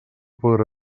podrà